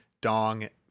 Dong